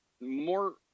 more